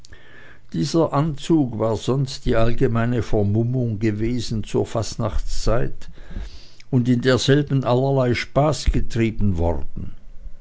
dieser anzug war sonst die allgemeine vermummung gewesen zur fastnachtzeit und in derselben allerlei spaß getrieben worden